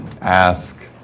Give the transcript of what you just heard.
ask